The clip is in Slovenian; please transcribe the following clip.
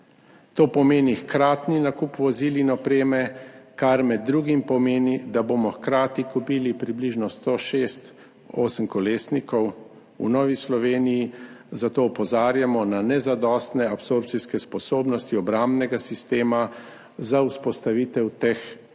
To pomeni hkratni nakup vozil in opreme, kar med drugim pomeni, da bomo hkrati kupili približno 106 osemkolesnikov. V Novi Sloveniji zato opozarjamo na nezadostne absorpcijske sposobnosti obrambnega sistema za vzpostavitev teh zmogljivosti.